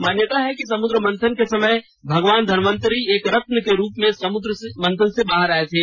मान्यता है कि समुद्र मंथन के समय भगवान धनवंतरि एक रत्न के रूप में समुद्र मंथन से बाहर आए थे